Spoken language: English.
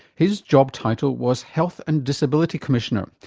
his job title was health and disability commissioner.